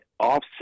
offset